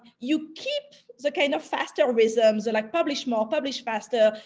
you keep the kind of faster rhythms or like publish more, publish faster,